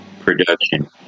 Production